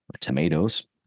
tomatoes